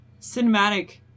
cinematic